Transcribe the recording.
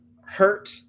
hurt